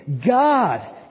God